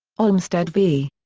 olmstead v.